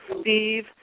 Steve